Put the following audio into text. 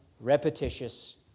repetitious